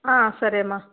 సరేమా